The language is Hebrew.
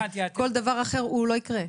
וכל דבר אחר פשוט לא יקרה.